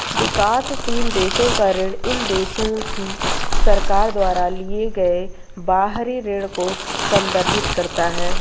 विकासशील देशों का ऋण इन देशों की सरकार द्वारा लिए गए बाहरी ऋण को संदर्भित करता है